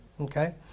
Okay